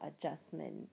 adjustment